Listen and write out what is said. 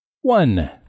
One